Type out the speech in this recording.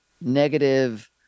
negative